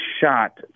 shot